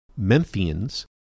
Memphians